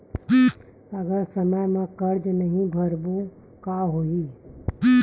अगर समय मा कर्जा नहीं भरबों का होई?